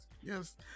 yes